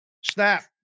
Snap